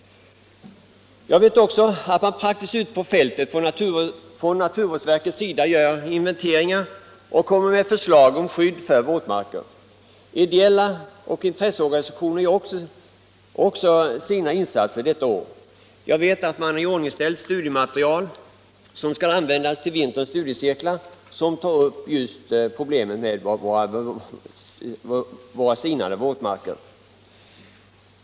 Jag vet också att man praktiskt ute på fältet från naturvårdsverkets sida gör inventeringar och kommer med förslag om skydd för våtmarker. Ideella organisationer och intresseorganisationer gör också sina insatser detta år. Jag vet att man har iordningställt studiematerial som skall användas vid vinterns studiecirklar och som tar upp just problemen med våra sinande våtmarker.